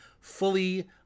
fully